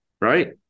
right